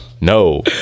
No